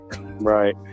right